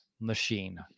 machine